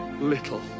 little